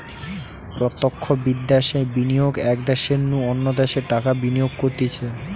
প্রত্যক্ষ বিদ্যাশে বিনিয়োগ এক দ্যাশের নু অন্য দ্যাশে টাকা বিনিয়োগ করতিছে